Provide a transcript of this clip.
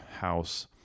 house